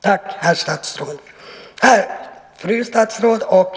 Tack, fru statsråd och herr talman!